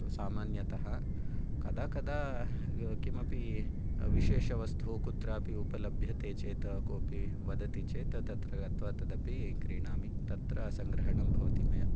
सामान्यतः कदा कदा किमपि विशेषवस्तुः कुत्रापि उपलभ्यते चेत् कोपि वदति चेत् तत्र गत्वा तदपि क्रीणामि तत्र सङ्रहणं भवति मया